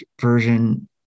version